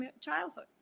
childhood